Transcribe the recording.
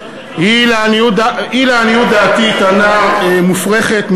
היא לעניות דעתי טענה מופרכת,